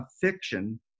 fiction